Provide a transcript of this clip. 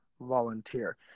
volunteer